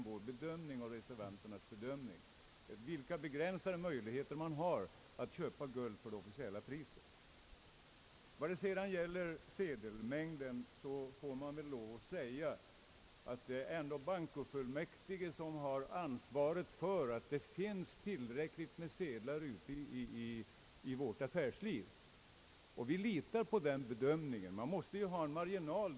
Vad gäller sedelmängden är det ändå bankofullmäktige som har ansvaret för att det finns tillräckligt med sedlar ute i affärslivet, och vi litar på deras bedömning. Men man måste ju ha en marginal.